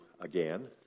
again